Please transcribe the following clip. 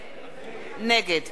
נגד אורית זוארץ,